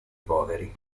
poveri